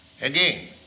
again